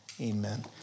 Amen